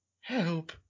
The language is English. Help